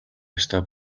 ёстой